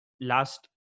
last